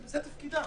זה תפקידה.